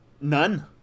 None